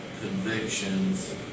convictions